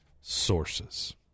sources